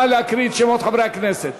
נא להקריא את שמות חברי הכנסת.